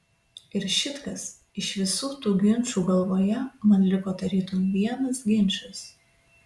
ir šit kas iš visų tų ginčų galvoje man liko tarytum vienas ginčas